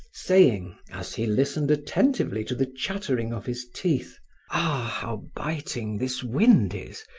saying, as he listened attentively to the chattering of his teeth ah, how biting this wind is!